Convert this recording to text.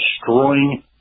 destroying